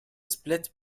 split